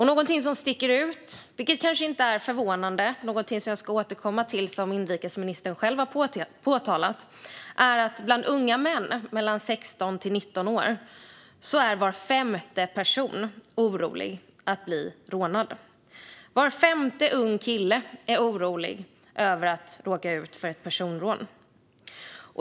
Något som sticker ut, vilket kanske inte är förvånande, och som jag ska återkomma till är något som inrikesministern själv har påpekat: att bland unga män mellan 16 och 19 år är var femte person orolig för att bli rånad. Var femte ung kille är orolig för att råka ut för ett personrån.